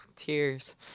tears